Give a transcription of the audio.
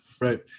right